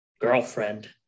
girlfriend